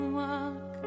walk